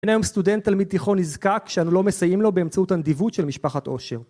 אין היום סטודנט תלמיד תיכון נזקק שאנו לא מסייעים לו באמצעות הנדיבות של משפחת עושר